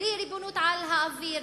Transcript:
בלי ריבונות על האוויר,